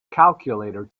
calculator